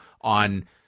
on